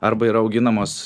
arba yra auginamos